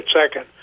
second